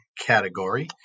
category